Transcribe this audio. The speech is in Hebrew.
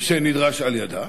שנדרש על-ידה.